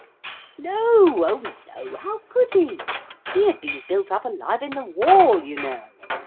no oh no how could he he had been built up alive in the wall, you know,